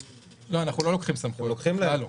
לא, אנחנו לא לוקחים סמכויות, בכלל לא.